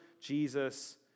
Jesus